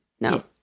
No